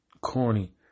corny